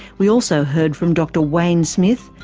we also heard from dr wayne smith,